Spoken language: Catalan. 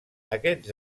aquests